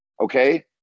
okay